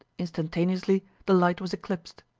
instantaneously the light was eclipsed.